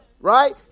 Right